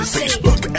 Facebook